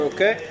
Okay